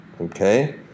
okay